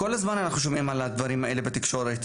כל הזמן אנחנו שומעים על הדברים האלה בתקשורת,